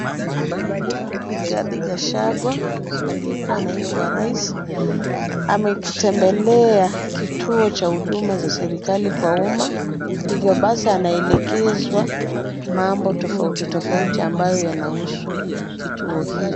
Rigathi Gachagua aaliyekuwa naibu wa rais, amekitembelea kituo cha huduma za serikali kwa uma. Hivyo basi ameelekezwa mambo tofauti tofauti ambayo yanahusu kituo hii.